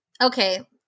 okay